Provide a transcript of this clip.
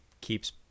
keeps